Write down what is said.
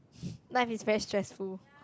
life is very stressful